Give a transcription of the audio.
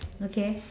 okay